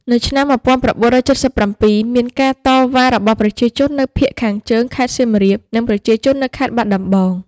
នៅឆ្នាំ១៩៧៧ មានការតវ៉ារបស់ប្រជាជននៅភាគខាងជើងខេត្តសៀមរាប និង ប្រជាជននៅខេត្តបាត់ដំបង។